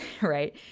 Right